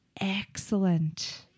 excellent